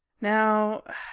Now